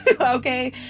Okay